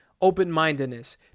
open-mindedness